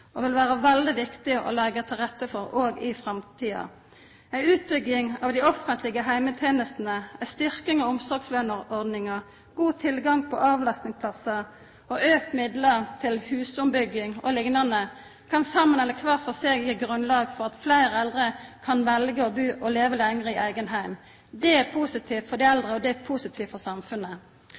vil vera veldig viktig å leggja til rette for òg i framtida. Ei utbygging av dei offentlege heimetenestene, ei styrking av ordninga med omsorgsløn, god tilgang på avlastingsplassar, auka midlar til ombygging av hus og liknande kan saman eller kvar for seg gi grunnlag for at fleire eldre kan velja å bu og leve lenger i eigen heim. Det er positivt for dei eldre, og det